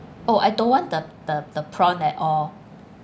oh I don't want the the the prawn at all